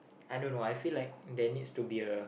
I don't know I feel like there needs to be a